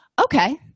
Okay